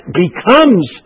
becomes